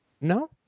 no